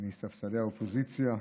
מספסלי האופוזיציה,